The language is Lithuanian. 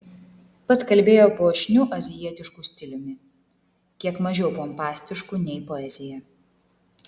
pats kalbėjo puošniu azijietišku stiliumi kiek mažiau pompastišku nei poezija